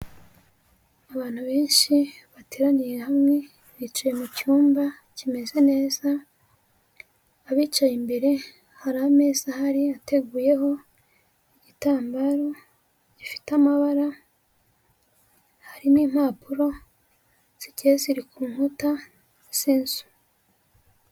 Abantu benshi bateraniye hamwe, bicaye mu cyumba kimeze neza, abicaye imbere hari ameza ahari, ateguyeho igitambaro gifite amabara ,harimo impapuro zigiye ziri ku nkuta z'inzu.